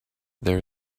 there